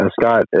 Scott